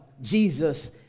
Jesus